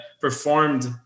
performed